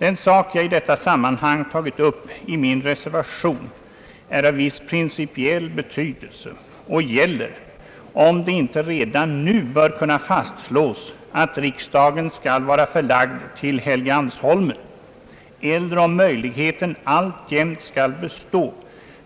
I min reservation har jag tagit upp en fråga av viss principiell betydelse, nämligen om det inte redan nu bör kunna fastslås att riksdagen skall vara förlagd till Helgeandsholmen eller om möjligheten alltjämt skall bestå